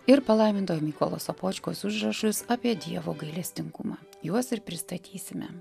ir palaimintoj mykolo sopočkos užrašus apie dievo gailestingumą juos ir pristatysime